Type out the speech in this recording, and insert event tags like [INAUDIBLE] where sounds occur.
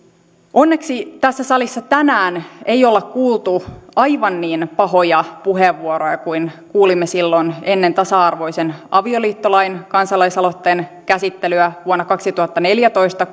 onneksi tässä salissa tänään ei olla kuultu aivan niin pahoja puheenvuoroja kuin kuulimme silloin ennen tasa arvoisen avioliittolain kansalaisaloitteen käsittelyä vuonna kaksituhattaneljätoista [UNINTELLIGIBLE]